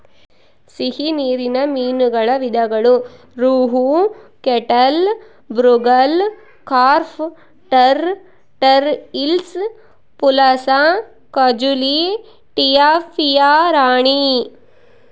ಸಿಹಿ ನೀರಿನ ಮೀನುಗಳ ವಿಧಗಳು ರೋಹು, ಕ್ಯಾಟ್ಲಾ, ಮೃಗಾಲ್, ಕಾರ್ಪ್ ಟಾರ್, ಟಾರ್ ಹಿಲ್ಸಾ, ಪುಲಸ, ಕಾಜುಲಿ, ಟಿಲಾಪಿಯಾ ರಾಣಿ